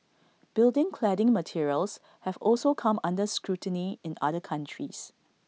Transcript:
building cladding materials have also come under scrutiny in other countries